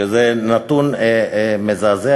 שזה נתון מזעזע,